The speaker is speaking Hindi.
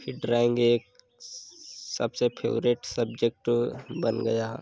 फिर ड्राइंग एक सबसे फेवरेट सब्जेक्ट बन गया